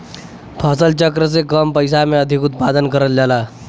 फसल चक्र से कम पइसा में अधिक उत्पादन करल जाला